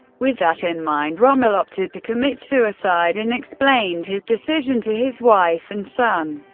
with that in mind, rommel opted to commit suicide, and explained his decision to his wife and son.